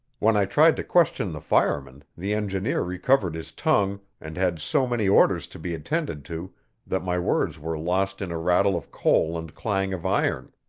when i tried to question the fireman, the engineer recovered his tongue, and had so many orders to be attended to that my words were lost in a rattle of coal and clang of iron.